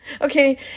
Okay